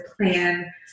plan